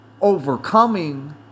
overcoming